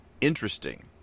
interesting